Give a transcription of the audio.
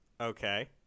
Okay